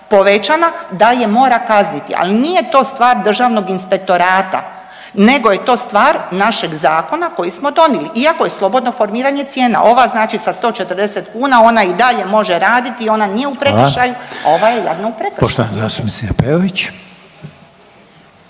da je mora kazniti, al nije to stvar državnog inspektorata nego je to stvar našeg zakona koji smo donili iako je slobodno formiranje cijena. Ova znači sa 140 kuna ona i dalje može raditi, ona nije u prekršaju…/Upadica Reiner: